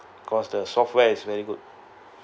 cause the software is very good